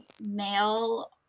male